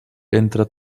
entre